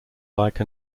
like